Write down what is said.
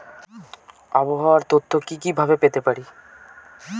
আবহাওয়ার তথ্য কি কি ভাবে পেতে পারি?